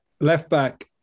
Left-back